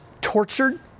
tortured